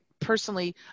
personally